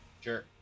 Sure